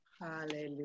Hallelujah